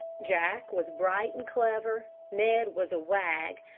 jack was bright and clever, ned was a wag,